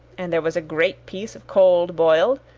and there was a great piece of cold boiled,